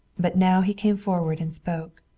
but now he came forward and spoke.